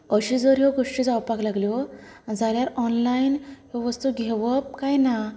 अश्यो जर गोश्टी जावपाक लागल्यो जाल्यार ऑन्लाइन वस्तू घेवप कांय ना